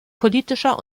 politischer